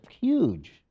huge